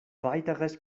weiteres